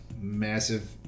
massive